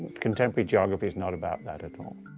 contemporary geography is not about that at all.